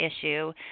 issue